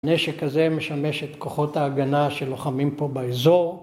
הנשק הזה משמש את כוחות ההגנה שלוחמים פה באזור.